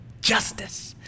justice